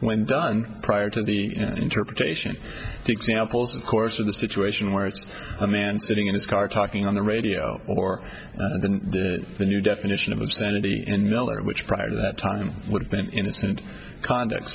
when done prior to the interpretation the examples of course of the situation where it's a man sitting in his car talking on the radio or the new definition of insanity in miller which prior to that time would have been innocent conduct